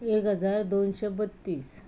एक हजार दोनशें बत्तीस